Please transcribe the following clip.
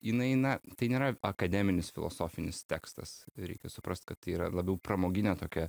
jinai na tai nėra akademinis filosofinis tekstas reikia suprast kad yra labiau pramoginė tokia